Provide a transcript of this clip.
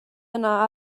yna